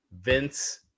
Vince